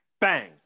Bang